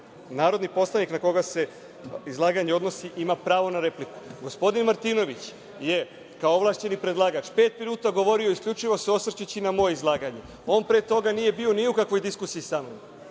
narodni poslanik na koga se izlaganje odnosi ima pravo na repliku. Gospodin Martinović je kao ovlašćeni predlagač pet minuta govorio isključivo se osvrćući na moje izlaganje. On pre toga nije bio ni u kakvoj diskusiji sa mnom.